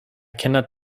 cannot